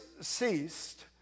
ceased